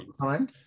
time